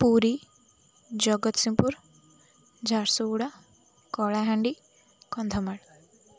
Puri Jagatsinghpur Jharsuguda Kalahandi Kandhamal